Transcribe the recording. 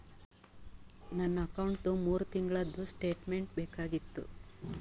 ನನ್ನ ಅಕೌಂಟ್ದು ಮೂರು ತಿಂಗಳದು ಸ್ಟೇಟ್ಮೆಂಟ್ ಬೇಕಾಗಿತ್ತು?